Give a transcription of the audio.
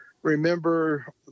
Remember